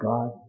God